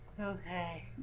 Okay